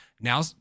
now